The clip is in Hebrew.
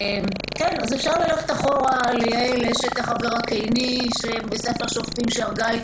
אפשר ללכת אחורה ליעל אשת חבר הקיני בספר שופטים שהרגה את